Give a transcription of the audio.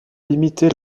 limitée